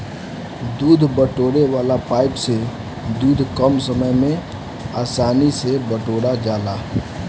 दूध बटोरे वाला पाइप से दूध कम समय में आसानी से बटोरा जाला